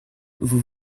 vous